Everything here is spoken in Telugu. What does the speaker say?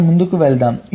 మనం ముందుకు వెళ్దాం